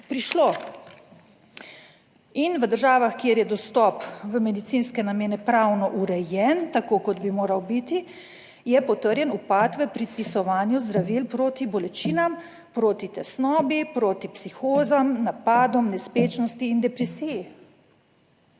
prišlo. In v državah, kjer je dostop v medicinske namene pravno urejen tako, kot bi moral biti, je potrjen upad v predpisovanju zdravil proti bolečinam, proti tesnobi, proti psihozam, napadom, nespečnosti in depresiji.